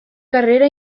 carrera